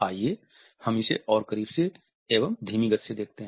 आइए हम इसे और करीब से एवं धीमी गति में देखते है